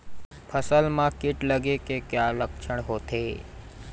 फसल म कीट लगे के का लक्षण होथे?